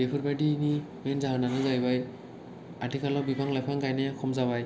बेफोरबादिनि मेन जाहोनानो जाहैबाय आथिखालाव बिफां लाइफां गायनाया खम जाबाय